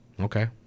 Okay